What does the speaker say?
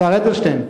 השר אדלשטיין,